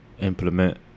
implement